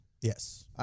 Yes